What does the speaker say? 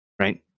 right